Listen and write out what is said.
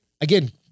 Again